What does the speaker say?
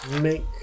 make